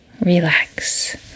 relax